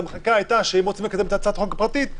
לענייני חקיקה הייתה שאם רוצים לקדם את הצעת החוק הפרטית,